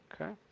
Okay